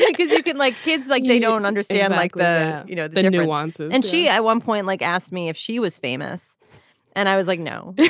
yeah because you can like kids like they don't understand like the you know the interviewer wants and and she at one point like asked me if she was famous and i was like no yeah